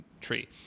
tree